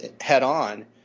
head-on